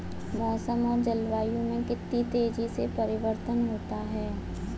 मौसम और जलवायु में कितनी तेजी से परिवर्तन होता है?